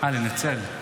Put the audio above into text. אה, לנצל?